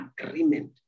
agreement